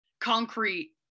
concrete